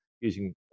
using